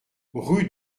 rue